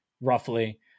roughly